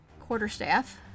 quarterstaff